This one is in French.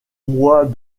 mois